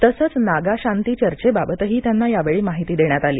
तसंच नागा शांती चर्चे संदर्भातही त्यांना यावेळी माहिती देण्यात आली